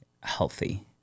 healthy